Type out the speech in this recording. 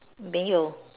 没有